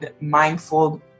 mindful